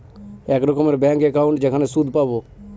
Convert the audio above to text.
এক রকমের bank account যেখানে সুদ পাবো